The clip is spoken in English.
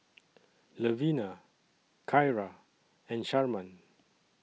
Levina Kyra and Sharman